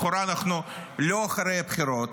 לכאורה אנחנו לא אחרי הבחירות.